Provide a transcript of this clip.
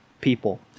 people